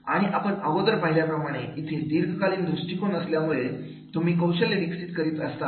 आणि आपण अगोदर पाहिल्याप्रमाणे इथे दीर्घकालीन दृष्टिकोन असल्यामुळे तुम्ही कौशल्य विकसित करीत असतात